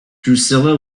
drusilla